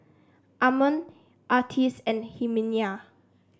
Amon Artis and Herminia